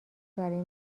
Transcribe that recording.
برای